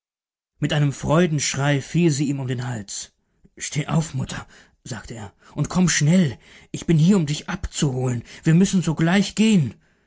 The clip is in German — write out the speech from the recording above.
mit einem freudenschrei fiel sie ihm um den hals steh auf mutter sagte er und komm schnell ich bin hier um dich abzuholen wir müssen sogleich gehen